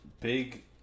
big